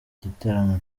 igitaramo